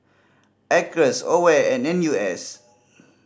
Acres AWARE and N U S